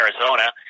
Arizona